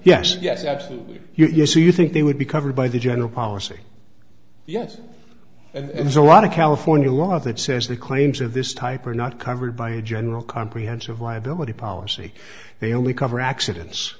yes yes absolutely yes so you think they would be covered by the general policy yes and there's a lot of california law that says the claims of this type are not covered by a general comprehensive liability policy they only cover accidents